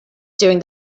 during